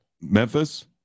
Memphis